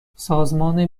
سازمان